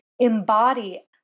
embody